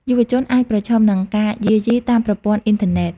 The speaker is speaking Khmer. យុវជនអាចប្រឈមនឹងការយាយីតាមប្រព័ន្ធអ៊ីនធឺណិត។